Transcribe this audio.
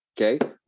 Okay